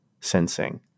sensing